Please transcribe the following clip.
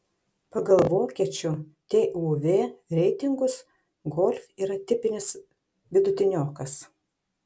pagal vokiečių tuv reitingus golf yra tipinis vidutiniokas